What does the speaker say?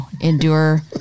endure